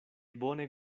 bone